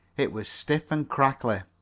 it was stiff and crackly.